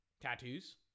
tattoos